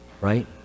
right